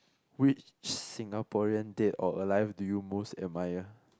which Singaporean dead or alive do you most admire